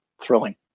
thrilling